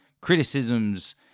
criticisms